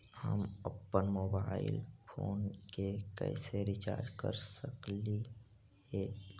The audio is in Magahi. हम अप्पन मोबाईल फोन के कैसे रिचार्ज कर सकली हे?